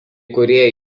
kurie